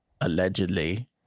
Allegedly